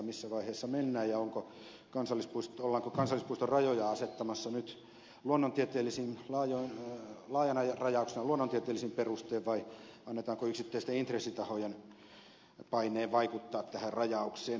missä vaiheessa mennään ja ollaanko kansallispuiston rajoja asettamassa nyt laajana rajauksena luonnontieteellisin perustein vai annetaanko yksittäisten intressitahojen paineen vaikuttaa tähän rajaukseen